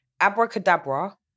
Abracadabra